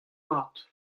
mat